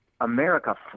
America